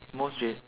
most is